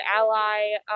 ally